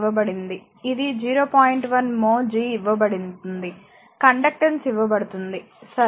1 mho G ఇవ్వబడుతుంది conductance ఇవ్వబడుతుంది సరే